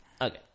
Okay